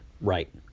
Right